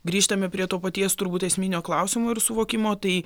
grįžtame prie to paties turbūt esminio klausimo ir suvokimo tai